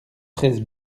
treize